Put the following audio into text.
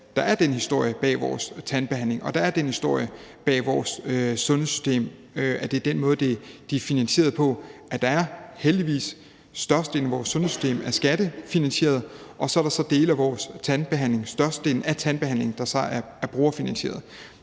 der er den historie bag vores tandbehandling og der er den historie bag vores sundhedssystem. Det er den måde, de er finansieret på. Størstedelen af vores sundhedssystem er heldigvis skattefinansieret, og så er der så størstedelen af vores tandbehandling, der er brugerfinansieret.